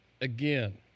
again